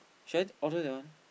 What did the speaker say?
should I order that one